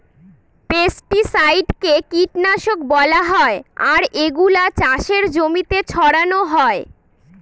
পেস্টিসাইডকে কীটনাশক বলা হয় আর এগুলা চাষের জমিতে ছড়ানো হয়